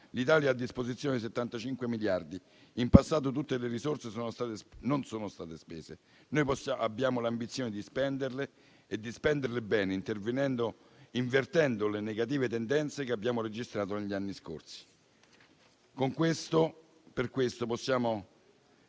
L'Italia ha a disposizione 75 miliardi di euro. In passato non tutte le risorse sono state spese. Noi abbiamo l'ambizione di spenderle e di spenderle bene, invertendo le negative tendenze che abbiamo registrato negli anni scorsi.